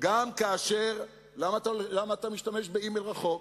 גם כאשר, למה אתה משתמש באימייל רחוק?